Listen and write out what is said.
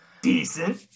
Decent